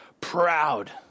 proud